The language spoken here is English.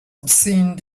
obscene